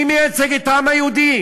מי מייצג את העם היהודי?